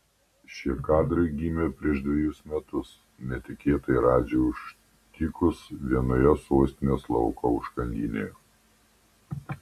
šie kadrai gimė prieš dvejus metus netikėtai radži užtikus vienoje sostinės lauko užkandinėje